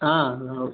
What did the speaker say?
ആ എന്നാ